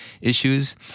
issues